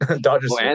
Dodgers